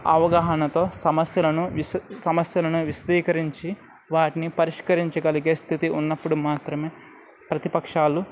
అవగాహనతో సమస్యలను సమస్యలను విశదీకరించి వాటిని పరిష్కరించగలిగే స్థితి ఉన్నప్పుడు మాత్రమే ప్రతిపక్షాలు